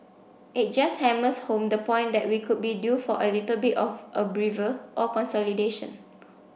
it just hammers home the point that we could be due for a little bit of a breather or consolidation